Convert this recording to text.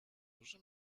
róże